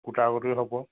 গোট গুটি হ'ব